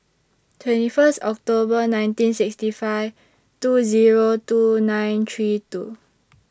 twenty First October nineteen sixty five two Zero two nine three two